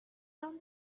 from